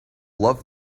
love